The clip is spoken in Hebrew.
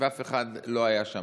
ואף אחד לא היה שם.